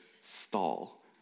stall